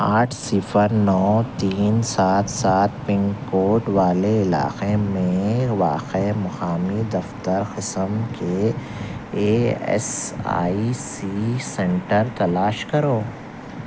آٹھ صفر نو تین سات سات پن کوڈ والے علاخے میں واخع مخامی دفتر خسم کے A S I C centre تلاش کرو